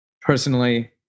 personally